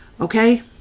Okay